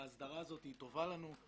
ההסדרה הזאת טובה לנו.